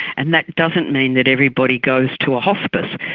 and that doesn't mean that everybody goes to a hospice,